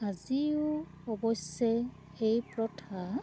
আজিও অৱশ্যে সেই প্ৰথা